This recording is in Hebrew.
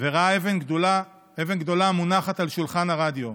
וראה אבן גדולה מונחת על שולחן הרדיו.